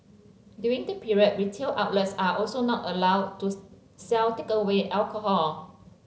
during the period retail outlets are also not allowed to sell takeaway alcohol